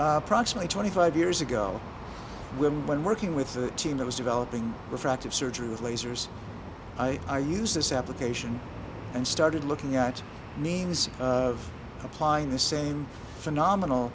approximately twenty five years ago when when working with the team that was developing refractive surgery with lasers i i used this application and started looking at means of applying the same phenomenal